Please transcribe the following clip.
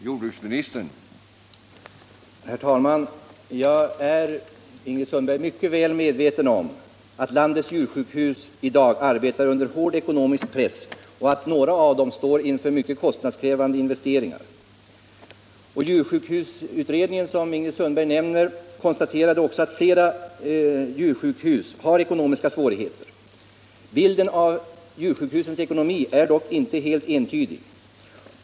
Herr talman! Jag är, Ingrid Sundberg, mycket väl medveten om att landets djursjukhus i dag arbetar under hård ekonomisk press och att några av dem 23 står inför mycket kostnadskrävande investeringar. Djursjukhusutredningen, som Ingrid Sundberg nämner, konstaterade också att flera djursjukhus har ekonomiska svårigheter. Bilden av djursjukhusens ekonomi är dock inte helt entydig.